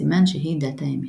סימן שהיא דת האמת.